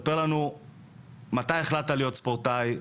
תספר לנו מתי החלטת להיות ספורטאי,